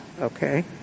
okay